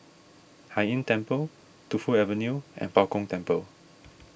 Hai Inn Temple Tu Fu Avenue and Bao Gong Temple